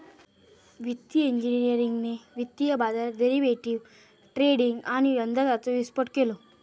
वित्तिय इंजिनियरिंगने वित्तीय बाजारात डेरिवेटीव ट्रेडींग आणि अंदाजाचो विस्फोट केलो